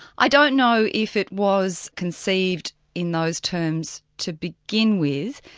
i don't know if it was conceived in those terms to begin with.